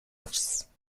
office